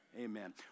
Amen